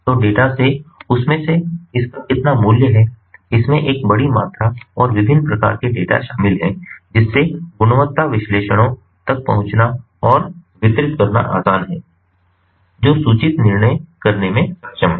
तो डेटा से उसमें से इसका कितना मूल्य है इसमें एक बड़ी मात्रा और विभिन्न प्रकार के डेटा शामिल हैं जिससे गुणवत्ता विश्लेषणों तक पहुंचना और वितरित करना आसान है जो सूचित निर्णय करने में सक्षम है